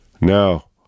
Now